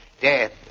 Death